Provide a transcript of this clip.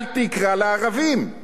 אל תקרא לערבים.